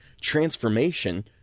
transformation